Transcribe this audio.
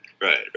Right